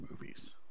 movies